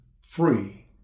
free